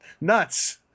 nuts